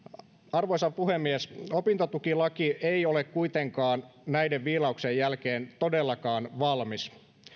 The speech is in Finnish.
arvoisa puhemies opintotukilaki ei ole kuitenkaan näiden viilauksien jälkeen todellakaan valmis